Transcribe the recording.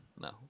No